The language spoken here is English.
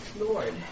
Lord